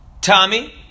Tommy